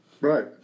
Right